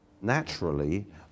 naturally